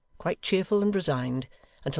quite cheerful and resigned,